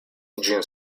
ĝin